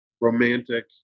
romantic